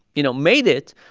you know, made it.